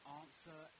answer